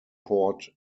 port